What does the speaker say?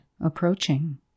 approaching